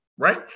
right